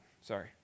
Sorry